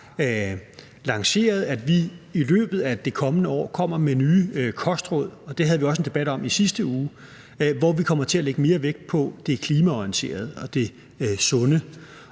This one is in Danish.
lanceret, at vi i løbet af det kommende år kommer med nye kostråd – og det havde vi også en debat om i sidste uge – hvor vi kommer til at lægge mere vægt på det klimaorienterede og det sunde.